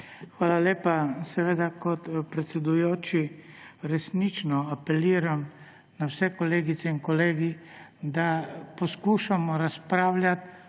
Hvala lepa. Seveda kot predsedujoči, resnično apeliram na vse kolegice in kolege, da poskušamo razpravljati